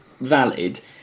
valid